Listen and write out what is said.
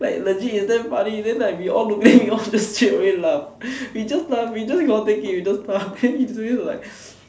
like legit is damn funny then like we all looking we all just straight away laugh we just laugh we just cannot take it we just laugh then his face like